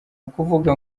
ukuvuga